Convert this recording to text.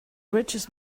richest